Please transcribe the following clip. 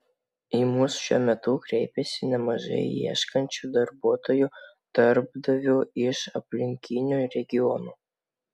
į mus šiuo metu kreipiasi nemažai ieškančių darbuotojų darbdavių iš aplinkinių regionų